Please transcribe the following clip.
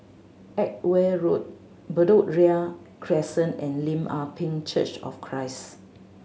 Edgware Road Bedok Ria Crescent and Lim Ah Pin Church of Christ